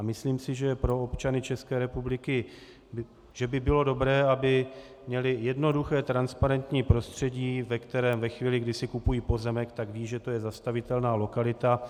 Myslím si, že pro občany České republiky by bylo dobré, aby měli jednoduché transparentní prostředí, ve kterém ve chvíli, kdy si kupují pozemek, tak vědí, že to je zastavitelná lokalita.